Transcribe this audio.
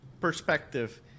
perspective